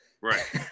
Right